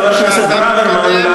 חבר הכנסת ברוורמן,